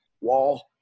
wall